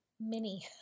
mini